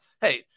hey